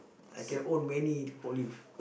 I can own many forklift